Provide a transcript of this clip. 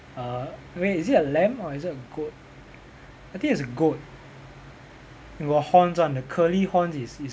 err wait is it a lamb or is it a goat I think it's a goat got horns [one] the curly horns is is